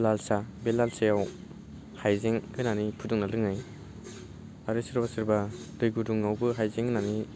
लाल साहा बे लाल साहायाव हाइजें होनानै फुदुंना लोङो आरो सोरबा सोरबा दै गुदुङावबो हाइजें होनानै